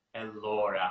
Elora